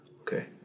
Okay